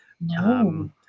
No